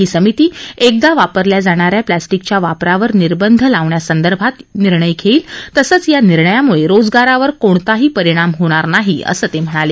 ही समिती एकदा वापरल्या जाणाऱ्या प्लॅस्टिकच्या वापरावर निर्बंध लावण्या संदर्भात निर्णय घेईल तसंच या निर्णयामुळे रोजगारावर कोणताही परिणाम होणार नाही असंही ते म्हणाले